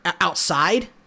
outside